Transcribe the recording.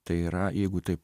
tai yra jeigu taip